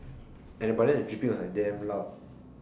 as in but then the dripping was like damn loud